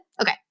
Okay